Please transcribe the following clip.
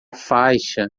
faixa